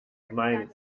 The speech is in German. mein